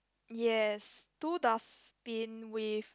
yes two dustbin with